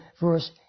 verse